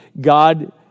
God